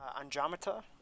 Andromeda